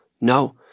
no